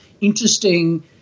interesting